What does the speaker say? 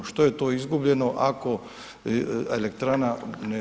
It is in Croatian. Što je to izgubljeno ako elektrana ne